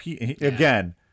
again